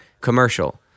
commercial